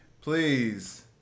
please